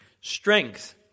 Strength